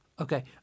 Okay